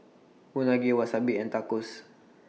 Unagi Wasabi and Tacos